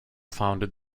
founded